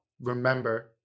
remember